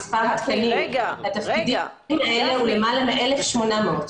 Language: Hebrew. ומספר התקנים בתפקידים האלה הוא למעלה מ-1,800,